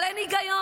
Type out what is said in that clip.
אבל אין היגיון,